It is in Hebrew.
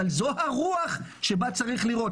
אבל זאת הרוח שבה צריך לראות את הדברים.